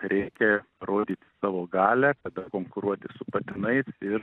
reikia rodyti savo galią tada konkuruoti su patinais ir